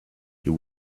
you